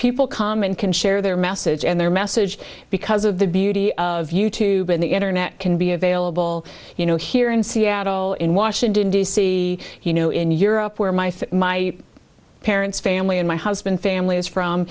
people come and can share their message and their message because of the beauty of you tube and the internet can be available you know here in seattle in washington d c you know in europe where my for my parents family and my husband family is from